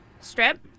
strip